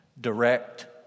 Direct